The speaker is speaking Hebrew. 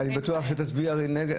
אני בטוח שתצביעי נגד.